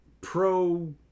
pro